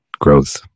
growth